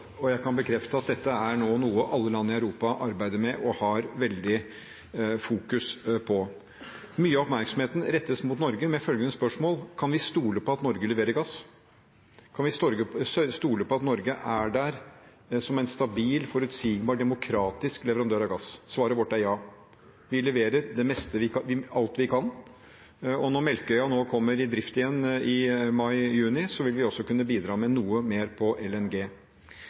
og jeg kan bekrefte at dette er noe alle land i Europa nå arbeider med og har veldig fokus på. Mye av oppmerksomheten rettes mot Norge, med følgende spørsmål: Kan vi stole på at Norge leverer gass? Kan vi stole på at Norge er der som en stabil, forutsigbar, demokratisk leverandør av gass? Svaret vårt er ja. Vi leverer alt vi kan, og når Melkøya nå kommer i drift igjen i mai/juni, vil vi også kunne bidra med noe mer på LNG.